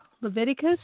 Leviticus